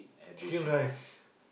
chicken rice